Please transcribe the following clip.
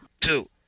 two